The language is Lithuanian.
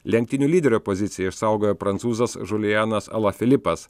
lenktynių lyderio poziciją išsaugojo prancūzas žulijanas ala filipas